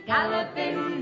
Galloping